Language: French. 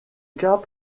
cas